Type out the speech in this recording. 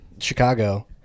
Chicago